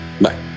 bye